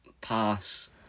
pass